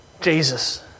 Jesus